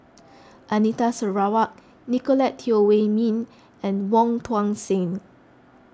Anita Sarawak Nicolette Teo Wei Min and Wong Tuang Seng